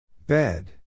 Bed